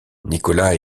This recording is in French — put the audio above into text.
nicolas